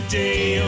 day